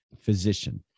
physician